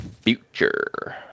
future